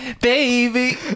baby